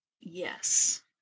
Yes